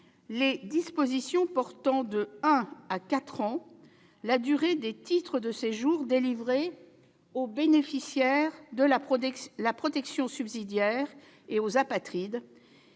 les dispositions portant d'un à quatre ans la durée de validité des titres de séjour délivrés aux bénéficiaires de la protection subsidiaire et aux apatrides